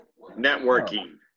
Networking